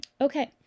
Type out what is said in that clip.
Okay